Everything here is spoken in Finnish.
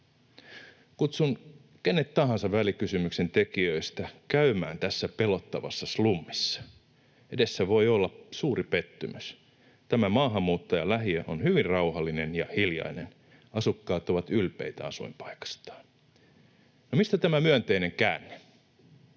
Kutsun kenet tahansa välikysymyksen tekijöistä käymään tässä pelottavassa slummissa — edessä voi olla suuri pettymys. Tämä maahanmuuttajalähiö on hyvin rauhallinen ja hiljainen. Asukkaat ovat ylpeitä asuinpaikastaan. Mistä tämä myönteinen käänne?